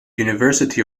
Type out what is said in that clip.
university